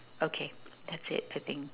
okay that's it I think